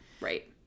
Right